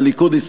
הליכוד,